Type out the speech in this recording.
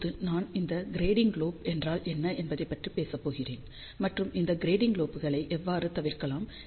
இப்போது நான் இந்த க்ரெடிங்க் லோப் என்றால் என்ன என்பதைப் பற்றிப் பேசப் போகிறேன் மற்றும் இந்த க்ரெடிங்க் லோப்களை எவ்வாறு தவிர்க்கலாம்